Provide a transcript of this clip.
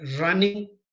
running